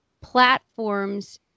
platforms